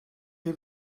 chi